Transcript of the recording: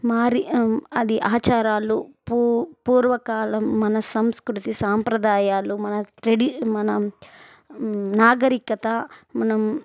మారి అది ఆచారాలు పూ పూర్వకాలం మన సంస్కృతి సాంప్రదాయాలు మన ట్రెడి మన నాగరికత మనం